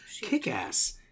Kick-Ass